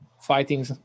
fighting